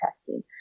testing